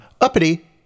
uppity